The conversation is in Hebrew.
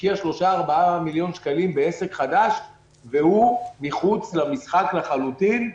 השקיע 4-3 מיליון שקלים בעסק חדש והוא מחוץ למשחק לחלוטין.